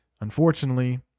unfortunately